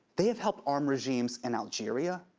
they have helped armed regimes in algeria,